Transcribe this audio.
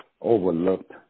overlooked